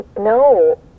No